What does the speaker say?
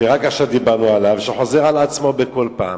שרק עכשיו דיברנו עליו, שחוזר על עצמו בכל פעם.